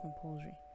compulsory